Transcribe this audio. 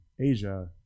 Asia